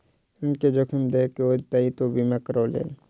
ऋण के जोखिम देख के ओ दायित्व बीमा करा लेलैन